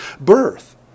birth